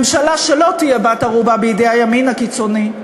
ממשלה שלא תהיה בת-ערובה בידי הימין הקיצוני,